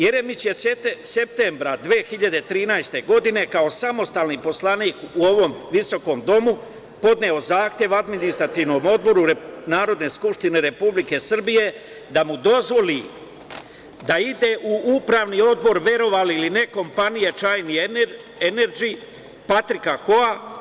Jeremić je septembra 2013. godine, kao samostalni poslanik u ovom visokom domu, podneo zahtev Administrativnom odboru Narodne skupštine Republike Srbije da mu dozvoli da ide u upravni odbor, verovali ili ne, kompanije „Čajna enerdži“ Patrika Hoa.